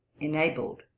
enabled